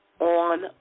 on